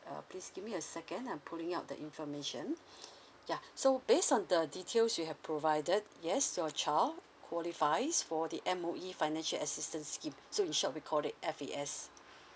uh please give me a second I'm pulling out the information ya so based on the details you have provided yes your child qualifies for the M_O_E financial assistance scheme so in short we call it F_A_S